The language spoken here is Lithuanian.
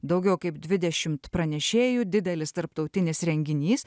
daugiau kaip dvidešimt pranešėjų didelis tarptautinis renginys